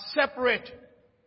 separate